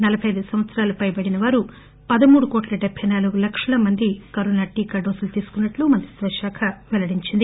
నలబై అయిదు సంవత్సరాలు పైబడినవారికి పదమూడు కోట్ల డెబ్బై నాలుగు లక్షల కరోనా టీకా డోసుల తీసుకున్నట్లు మంత్రిత్వ శాఖ తెలియజేసింది